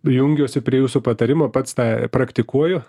jungiuosi prie jūsų patarimo pats tą praktikuoju